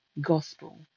gospel